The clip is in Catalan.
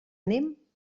anem